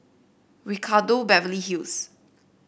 Ricardo Beverly Hills